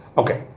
okay